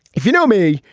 if you know me,